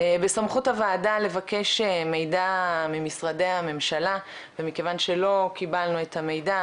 בסמכות הוועדה לבקש מידע ממשרדי הממשלה ומכיוון שלא קיבלנו את המידע,